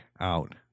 out